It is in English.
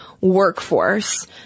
workforce